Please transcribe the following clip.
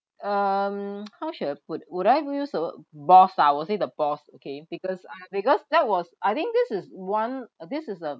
um how should I put would I use a boss ah I will say the boss okay because ah because that was I think this is one this is uh